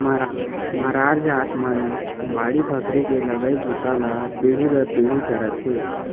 मरार जात मन बाड़ी बखरी के लगई बूता ल पीढ़ी दर पीढ़ी करत हे